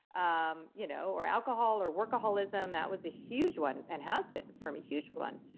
um you know or alcohol, or workaholism that was a huge one and has been for me huge one,